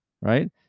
right